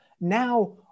now